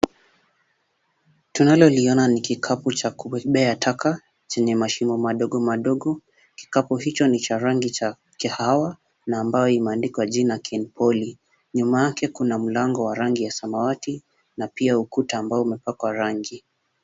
Tunalo liona ni kikapu cha kubebea takataka chenye mashimo madogo madogo. Kikapu hicho ni cha rangi cha rangi ya kahawa na ambayo imeandikwa jina kenpoly . Nyuma yake kuna mlango wa rangi ya samawati na pia ukuta ambao umepakwa rangi.